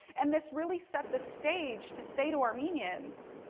and, this really set the stage to say to armenians,